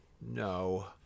No